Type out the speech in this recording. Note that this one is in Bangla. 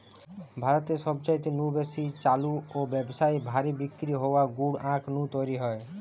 ভারতে সবচাইতে নু বেশি চালু ও ব্যাবসায়ী ভাবি বিক্রি হওয়া গুড় আখ নু তৈরি হয়